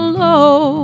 low